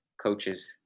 coaches